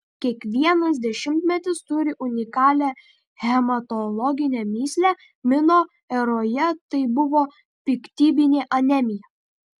kiekvienas dešimtmetis turi unikalią hematologinę mįslę mino eroje tai buvo piktybinė anemija